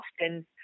often